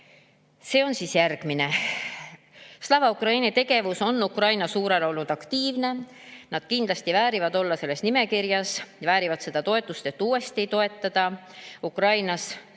on järgmine: "Slava Ukraini tegevus on Ukraina suunal olnud aktiivne. Nad kindlasti väärivad olla selles nimekirjas ja väärivad seda toetust, et uuesti toetada Ukrainas